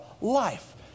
life